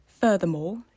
Furthermore